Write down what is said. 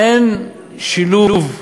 אין שילוב ידיים,